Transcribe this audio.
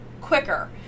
quicker